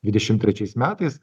dvidešim trečiais metais